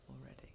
already